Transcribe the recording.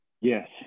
Yes